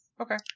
Okay